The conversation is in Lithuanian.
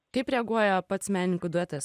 kaip reaguoja pats menininkų duetas